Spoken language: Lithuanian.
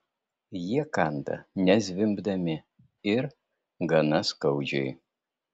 jie kanda nezvimbdami ir gana skaudžiai